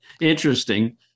interesting